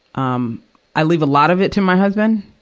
um i leave a lot of it to my husband,